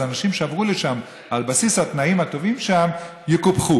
אז האנשים שעברו לשם על בסיס התנאים הטובים שם יקופחו.